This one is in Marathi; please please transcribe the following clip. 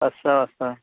असं असं